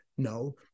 No